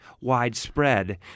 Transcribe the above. widespread